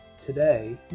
Today